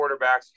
quarterbacks